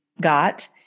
got